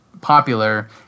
popular